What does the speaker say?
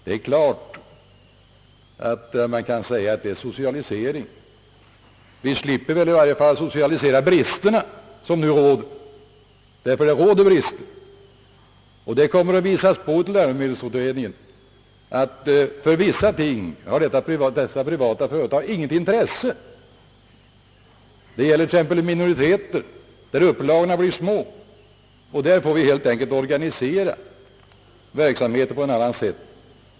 Det är klart att man kan kalla det socialisering. Vi slipper väl i varje fall socialisera de brister som nu råder. Det kommer att påvisas av läromedelsutredningen att för vissa ting har dessa privata företag inget intresse. Det gäller exempelvis böcker för minoriteter där upplagorna blir små. Vi får helt enkelt organisera verksamheten på ett annat sätt.